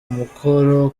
umukoro